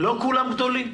לא כולם גדולים.